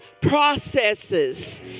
processes